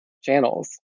channels